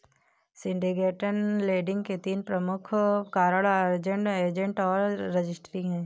syndicated lending के तीन प्रमुख कारक अरेंज्ड, एजेंट और ट्रस्टी हैं